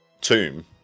tomb